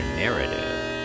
narrative